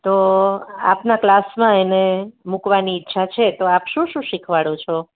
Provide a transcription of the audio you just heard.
તો આપના ક્લાસમાં એને મૂકવાની ઈચ્છા છે તો આપ શું શું શીખવાડો છો